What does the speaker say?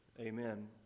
amen